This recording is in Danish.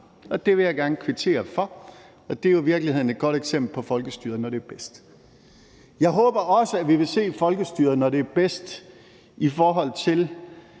det vil jeg gerne kvittere for, og det er jo i virkeligheden et godt eksempel på folkestyret, når det bedst. Jeg håber også, at vi vil se folkestyret, når det er bedst, på et